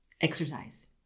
exercise